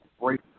great